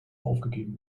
aufgegeben